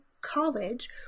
college